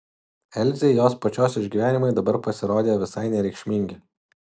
elzei jos pačios išgyvenimai dabar pasirodė visai nereikšmingi